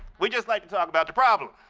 we just like to talk about the problem.